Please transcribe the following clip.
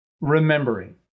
remembering